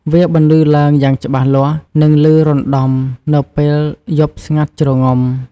វាបន្លឺឡើងយ៉ាងច្បាស់លាស់ និងលឺរណ្ដំនៅពេលយប់ស្ងាត់ជ្រងំ។